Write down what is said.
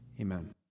amen